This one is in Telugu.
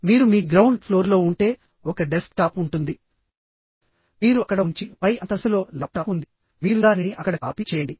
మీరు మీ గ్రౌండ్ ఫ్లోర్లో ఉంటే ఒక డెస్క్టాప్ ఉంటుంది మీరు అక్కడ ఉంచండి పై అంతస్తులో మీకు ల్యాప్టాప్ ఉంది మీరు దానిని అక్కడ కాపీ చేయండి